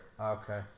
Okay